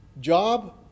job